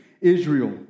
Israel